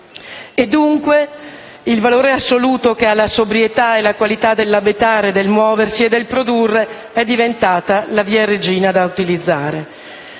E, quindi, il valore assoluto che hanno la sobrietà e la qualità dell'abitare, del muovere e del produrre è diventato la via regina da utilizzare.